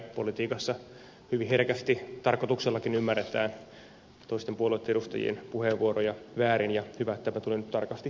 politiikassa hyvin herkästi tarkoituksellakin ymmärretään toisten puolueitten edustajien puheenvuoroja väärin ja hyvä että tämä tuli nyt tarkasti kirjattua